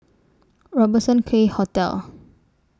Robertson Quay Hotel